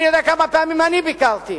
אני יודע כמה פעמים אני ביקרתי.